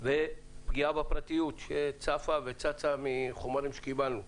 בפרטיות, שצפה וצצה מחומרים שקיבלנו.